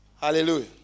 Hallelujah